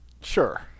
Sure